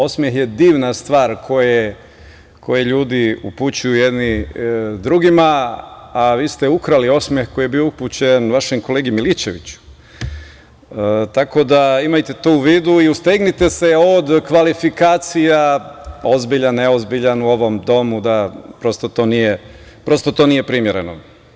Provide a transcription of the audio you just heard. Osmeh je divna stvar koji ljudi upućuju jedni drugima, a vi ste ukrali osmeh koji je bio upućen vašem kolegi Milićeviću, tako da imajte to u vidu i ustegnite se od kvalifikacija, ozbiljan, neozbiljan u ovom domu, da prosto to nije primereno.